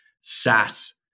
SaaS